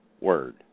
word